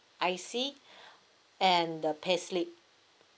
I_C and the payslip